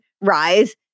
rise